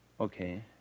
Okay